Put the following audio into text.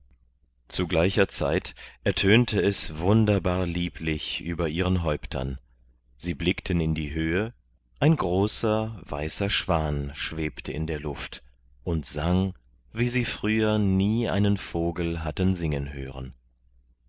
zu gleicher zeit ertönte es wunderbarlieblich über ihren häuptern sie blickten in die höhe ein großer weißer schwan schwebte in der luft und sang wie sie früher nie einen vogel hatten singen hören